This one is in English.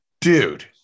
dude